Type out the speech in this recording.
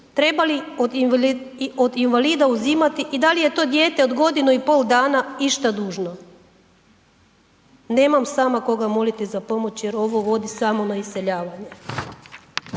treba li od invalida uzimati i da li je to dijete od godinu i pol dana išta dužno? Nemam sama koga moliti za pomoć jer ovo vodi samo na iseljavanje.